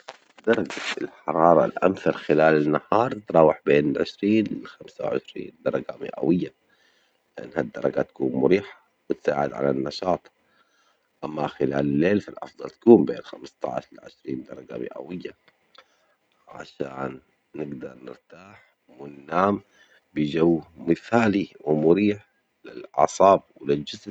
درجة الحرارة الأمثل خلال النهار تتراوح بين عشرين لخمسة وعشرين درجة مئوية، إنها الدرجة تكون مريحة بتساعد على النشاط أما خلال الليل فالأفضل تكون بين خمستاش لعشرين درجة مئوية، عشان نجدر نرتاح وننام بجو مثالي ومريح للاعصاب وللجسم.